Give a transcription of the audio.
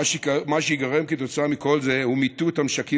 מה שייגרם כתוצאה מכל זה הוא מיטוט המשקים